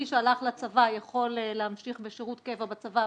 מי שהלך לצבא להמשיך בשירות קבע בצבא,